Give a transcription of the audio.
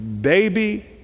baby